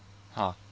!huh!